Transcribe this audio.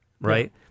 right